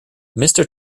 mister